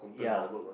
yeah